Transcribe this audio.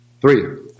Three